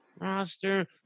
roster